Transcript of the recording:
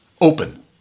open